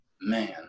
man